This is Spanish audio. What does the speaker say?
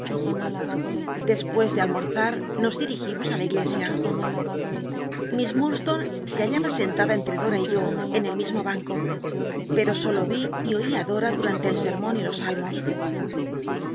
despues de almorzar nos dirigimos á la iglesia miss mmdslone se hallaba sentada entre dora y yo en el mismo banco pero solo y í y oí á dora durante el sermon y los salmós